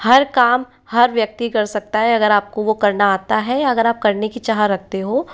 हर काम हर व्यक्ति कर सकता है अगर आपको वो करना आता है अगर आप करने की चाह रखते हो